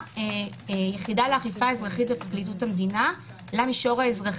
ליחידה לאכיפה אזרחית בפרקליטות המדינה למישור האזרחי,